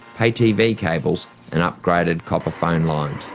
pay-tv cables, and upgraded copper phone lines.